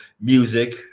music